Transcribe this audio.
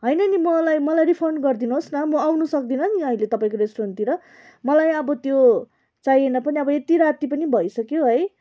होइन नि मलाई मलाई रिफन्ड गरिदिनुहोस् न म आउनु सक्दिनँ नि अहिले तपाईँको रेस्टुरेन्टतिर मलाई अब त्यो चाहिएन पनि अब यति राति पनि भइसक्यो है